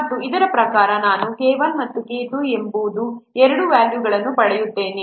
ಮತ್ತು ಅದರ ಪ್ರಕಾರ ನಾನು K 1 ಮತ್ತು K 2 ಎಂಬ ಎರಡು ವ್ಯಾಲ್ಯೂಗಳನ್ನು ಪಡೆಯುತ್ತೇನೆ